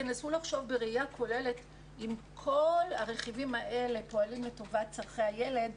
תנסו לחשוב בראייה כוללת אם כל הרכיבים האלה פועלים לטובת צורכי הילד,